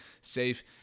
safe